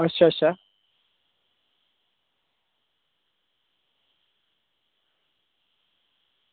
अच्छा अच्छा